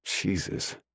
Jesus